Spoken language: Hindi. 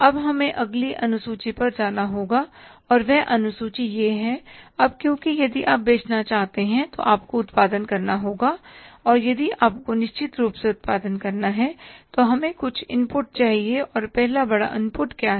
अब हमें अगली अनुसूची पर जाना होगा और वह अनुसूची यह है अब क्योंकि यदि आप बेचना चाहते हैं तो आपको उत्पादन करना होगा और यदि आपको निश्चित रूप से उत्पादन करना है तो हमें कुछ इनपुट चाहिए और पहला बड़ा इनपुट क्या है